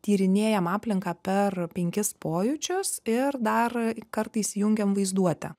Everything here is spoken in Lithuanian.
tyrinėjam aplinką per penkis pojūčius ir dar kartais jungiam vaizduotę